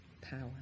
power